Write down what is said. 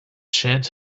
shed